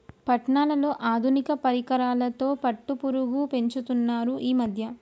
పట్నాలలో ఆధునిక పరికరాలతో పట్టుపురుగు పెంచుతున్నారు ఈ మధ్య